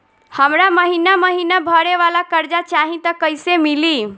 हमरा महिना महीना भरे वाला कर्जा चाही त कईसे मिली?